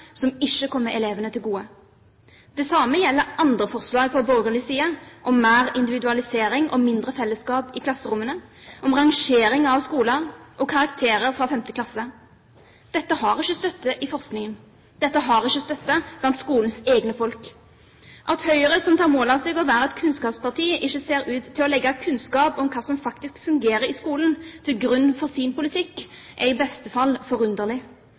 som ikke kommer elevene til gode. Det samme gjelder andre forslag fra borgerlig side om mer individualisering og mindre fellesskap i klasserommene, om rangering av skolene og karakterer fra femte klasse. Dette har ikke støtte i forskningen. Dette har ikke støtte blant skolens egne folk. At Høyre, som tar mål av seg å være et kunnskapsparti, ikke ser ut til å legge kunnskap om hva som faktisk fungerer i skolen, til grunn for sin politikk, er i beste fall forunderlig.